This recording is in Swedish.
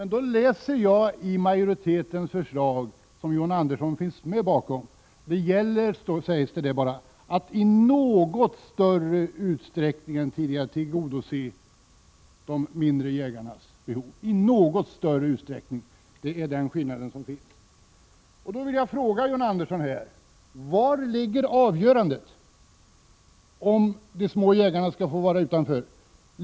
Jag läser i majoritetens förslag, som John Andersson står bakom, att det gäller att i något större utsträckning än tidigare tillgodose de mindre markägarnas behov — ”i något större utsträckning” är den skillnad som finns. Därför vill jag fråga John Andersson: Var ligger avgörandet om de mindre jägarna skall få stå utanför?